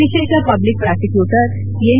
ವಿಶೇಷ public prosecutor N